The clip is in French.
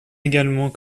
également